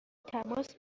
تماس